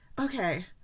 Okay